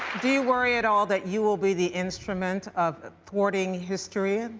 do you worry at all that you will be the instrument of ah thwarting history,